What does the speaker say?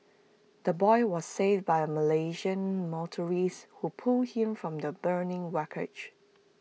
the boy was saved by A Malaysian motor who pulled him from the burning wreckage